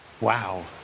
Wow